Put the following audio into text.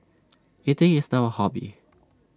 eating is now A hobby